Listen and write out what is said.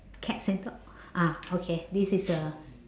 cats and dogs ah okay this is the